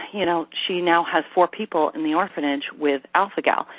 you know, she now has four people in the orphanage with alpha-gal.